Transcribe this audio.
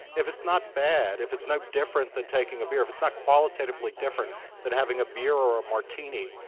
if it's not bad, if it's no different than taking a beer if it's not qualitatively different than having a beer or a martini,